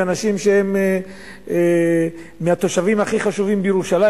ואנשים שהם מהתושבים הכי חשובים בירושלים,